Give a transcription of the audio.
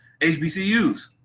HBCUs